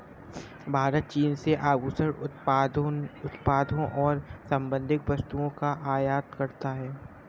भारत चीन से आभूषण उत्पादों और संबंधित वस्तुओं का आयात करता है